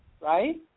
right